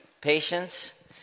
patience